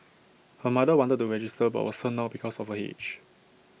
her mother wanted to register but was turned down because of her age